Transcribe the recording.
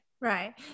Right